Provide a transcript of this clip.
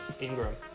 Ingram